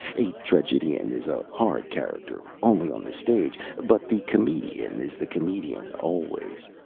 a tragedian is a hard character only on the stage, but the comedian is the comedian always.